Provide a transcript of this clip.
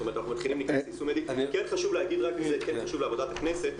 כן חשוב לעבודת הכנסת,